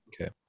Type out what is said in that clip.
Okay